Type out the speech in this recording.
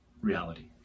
reality